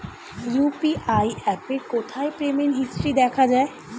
UPI অ্যাপে কোথায় payment history দেখা যায়?